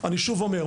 אני שוב אומר,